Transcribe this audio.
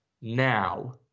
now